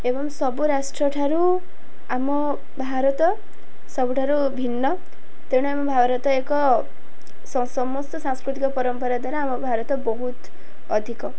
ଏବଂ ସବୁ ରାଷ୍ଟ୍ରଠାରୁ ଆମ ଭାରତ ସବୁଠାରୁ ଭିନ୍ନ ତେଣୁ ଆମ ଭାରତ ଏକ ସମସ୍ତ ସାଂସ୍କୃତିକ ପରମ୍ପରା ଦ୍ୱାରା ଆମ ଭାରତ ବହୁତ ଅଧିକ